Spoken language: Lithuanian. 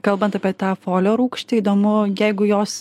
kalbant apie tą folio rūgštį įdomu jeigu jos